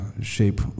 shape